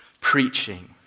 preaching